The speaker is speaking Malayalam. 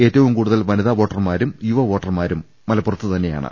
ഏറ്റവും കൂടുതൽ വനിതാ വോട്ടർമാരും യുവ വോട്ടർമാരും മലപ്പുറത്താണ്